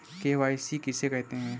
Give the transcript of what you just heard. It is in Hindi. के.वाई.सी किसे कहते हैं?